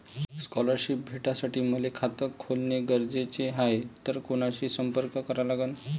Scholarship भेटासाठी मले खात खोलने गरजेचे हाय तर कुणाशी संपर्क करा लागन?